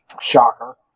Shocker